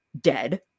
dead